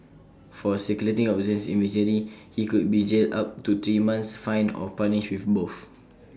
for circulating obscene imagery he could be jailed up to three months fined or punished with both